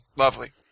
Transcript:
Lovely